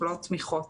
לא תמיכות.